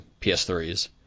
PS3s